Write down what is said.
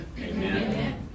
Amen